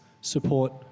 support